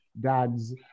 dads